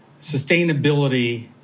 Sustainability